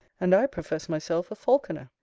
and i profess myself a falconer,